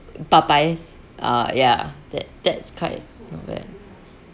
popeyes uh yeah that that's quite not bad